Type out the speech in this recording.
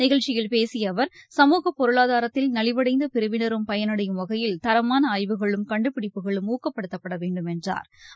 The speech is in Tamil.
நிகழ்ச்சியில் பேசிய அவர் சமூக பொருளாதாரத்தில் நலிவடைந்த பிரிவினரும் பயனடையும் வகையில் தரமான ஆய்வுகளும் கண்டுபிடிப்புகளும் ஊக்கப்படுத்தப்பட வேண்டும் என்றா்